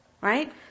right